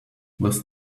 this